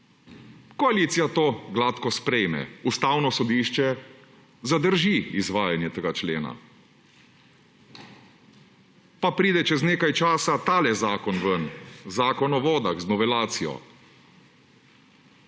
Koalicija to gladko sprejme! Ustavno sodišče zadrži izvajanje tega člena, pa pride čez nekaj časa tale zakon ven – Zakon o vodah z novelacijo,